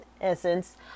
essence